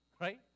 right